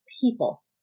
people